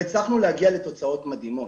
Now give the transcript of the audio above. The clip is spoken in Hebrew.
והצלחנו להגיע לתוצאות מדהימות.